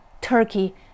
Turkey